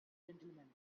gentlemen